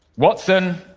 watson,